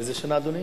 באיזו שנה, אדוני?